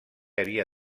havia